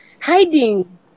hiding